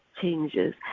changes